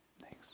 Thanks